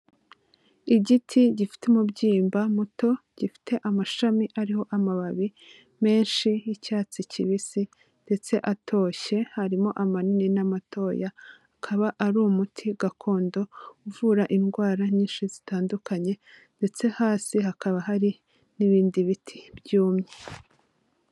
Igiti gifite umubyimba muto, gifite amashami ariho amababi menshi y'icyatsi kibisi ndetse atoshye, harimo amanini n'amatoya, akaba ari umuti gakondo, uvura indwara nyinshi zitandukanye ndetse hasi hakaba hari n'ibindi biti byumye.